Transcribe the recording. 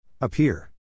Appear